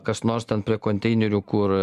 kas nors ten prie konteinerių kur